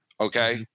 okay